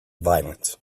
violence